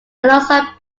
alongside